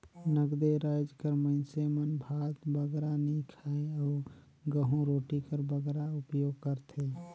नगदे राएज कर मइनसे मन भात बगरा नी खाएं अउ गहूँ रोटी कर बगरा उपियोग करथे